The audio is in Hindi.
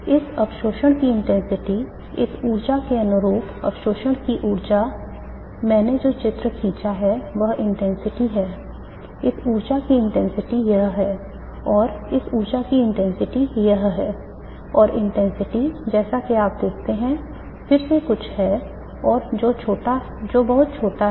इस अवशोषण की इंटेंसिटी इस ऊर्जा के अनुरूप अवशोषण की ऊर्जा मैंने जो चित्र खींचा है वह इंटेंसिटी है इस ऊर्जा की इंटेंसिटी यह है और इस ऊर्जा की इंटेंसिटी यह है और इंटेंसिटी जैसा कि आप देखते हैं फिर से कुछ है जो बहुत छोटा है